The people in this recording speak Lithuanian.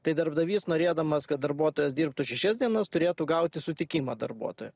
tai darbdavys norėdamas kad darbuotojas dirbtų šešias dienas turėtų gauti sutikimą darbuotojo